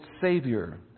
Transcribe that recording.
savior